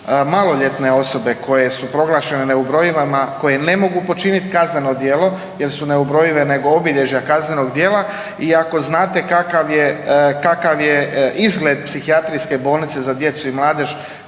maloljetne osobe koje su proglašene neubrojivima koje ne mogu počiniti kazneno djelo jer su neubrojive nego obilježja kaznenog djela i ako znate kakav je, kakav je izgled psihijatrijske bolnice za djecu i mladež